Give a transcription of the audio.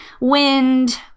wind